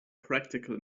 practical